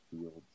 fields